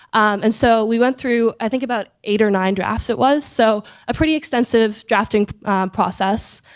and so we went through, i think about eight or nine drafts it was so a pretty extensive drafting process.